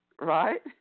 right